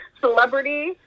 Celebrity